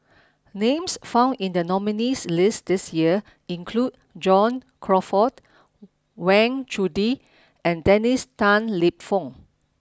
names found in the nominees' list this year include John Crawfurd Wang Chunde and Dennis Tan Lip Fong